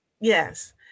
yes